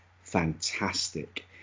fantastic